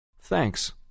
Thanks